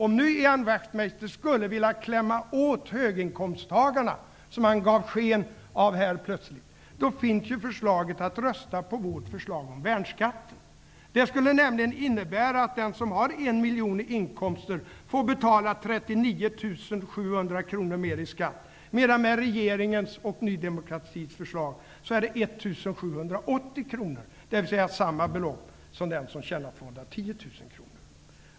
Om Ian Wachtmeister skulle vilja klämma åt höginkomsttagarna, som han nu plötsligt gav sken av, kan han rösta på vårt förslag om värnskatten. Det skulle nämligen innebära att den som har 1 miljon i inkomster får betala 39 700 kr mer i skatt, medan hon med regeringens och Ny demokratis förslag inte betalar mer än 1 780 kr mer, dvs. samma belopp som den som tjänar 210 000 kr.